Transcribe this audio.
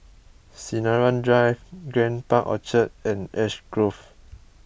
Sinaran Drive Grand Park Orchard and Ash Grove